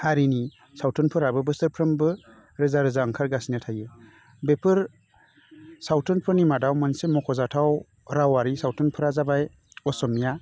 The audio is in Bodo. हारिनि सावथुनफोराबो बोसोरफ्रोमबो रोजा रोजा ओंखारगासिनो थायो बेफोर सावथुनफोरनि मादाव मोनसे मख' जाथाव रावआरि सावथुनफोरा जाबाय असमिया